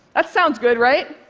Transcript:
that sounds good, right?